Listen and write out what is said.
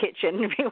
Kitchen